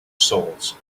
souls